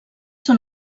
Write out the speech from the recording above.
són